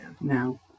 No